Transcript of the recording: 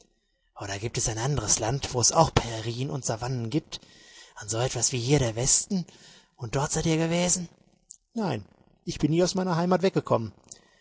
oder gibt es ein anderes land wo es auch prairien und savannen gibt und so etwas wie hier der westen und dort seid ihr gewesen nein ich bin nie aus meiner heimat weggekommen